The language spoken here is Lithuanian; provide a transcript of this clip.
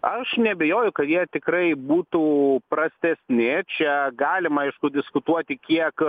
aš neabejoju kad jie tikrai būtų prastesni čia galima aišku diskutuoti kiek